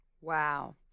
Wow